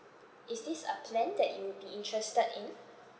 is this a plan that you would be interested in